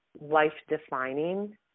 life-defining